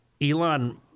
Elon